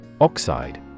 Oxide